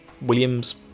William's